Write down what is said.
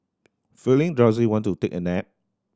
feeling drowsy want to take a nap